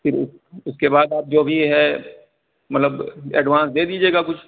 پھر اس اس کے بعد آپ جو بھی ہے مطلب ایڈوانس دے دیجئے گا کچھ